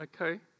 okay